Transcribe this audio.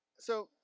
so,